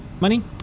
money